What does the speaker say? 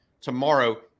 tomorrow